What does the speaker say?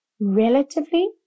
relatively